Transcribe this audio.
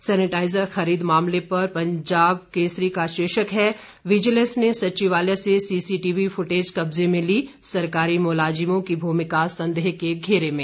sanitiser खरीद मामले पर पंजाब का शीर्षक है विजिलेंस ने सचिवालय से सीसीटीवी फुटेज कब्जे में ली सरकारी मुलाजिमों की भूमिका संदेह के घेरे में